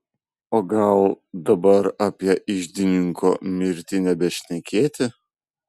o gal dabar apie iždininko mirtį nebešnekėti